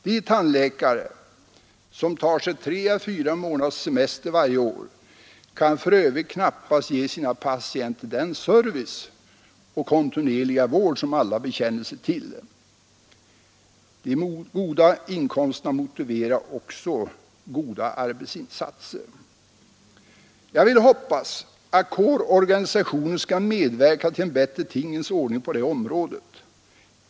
De tandläkare som tar sig tre å fyra månaders semester varje år kan för övrigt knappast ge sina patienter den service och kontinuerliga vård som alla bekänner sig till. De goda inkomsterna motiverar också goda arbetsinsatser. Jag vill hoppas att kårorganisationen skall medverka till en bättre tingens ordning på det här området.